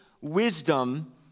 wisdom